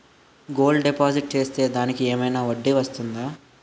Gold deposit చేస్తే దానికి ఏమైనా వడ్డీ వస్తుందా?